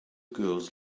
girls